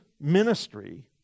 ministry